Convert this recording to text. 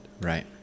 Right